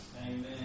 Amen